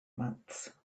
months